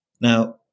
Now